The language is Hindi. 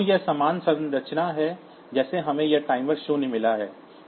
तो यह सामान्य संरचना है जैसे हमें यह टाइमर शून्य मिला है